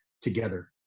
together